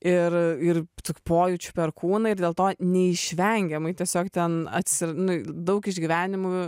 ir ir tik pojūčių per kūną ir dėl to neišvengiamai tiesiog ten atsi nu daug išgyvenimų